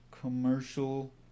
Commercial